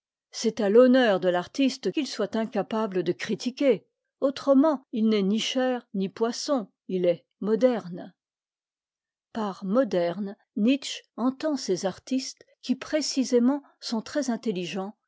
c'est à l'honneur de l'artiste qu'il soit incapable de critiquer autrement il n'est ni chair ni poisson il est moderne par modernes nietzsche entend ces artistes qui précisément sont très intelligents